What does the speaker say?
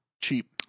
cheap